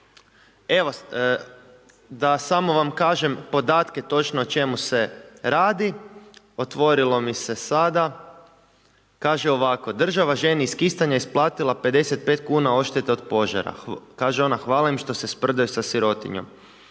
Evo, da samo vam kažem podatke točno o čemu se radi. Otvorilo mi se sada, kaže ovako, država ženi iz Kistanja isplatila 55 kn odštete od požara, kaže ona, hvala im štose sprdaju sa sirotinjom.